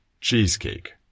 cheesecake